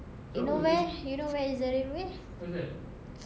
you know where you know where is the railway